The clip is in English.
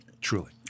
truly